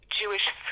Jewish